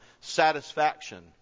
satisfaction